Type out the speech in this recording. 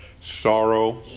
sorrow